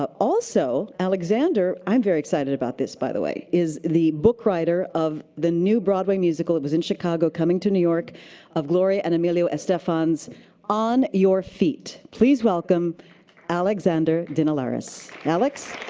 um also, alexander i'm very excited about this, by the way is the book writer of the new broadway musical it was in chicago, coming to new york of gloria and emilio estefan's on your feet. please welcome alexander dinelaris. alex?